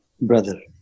brother